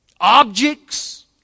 objects